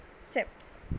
steps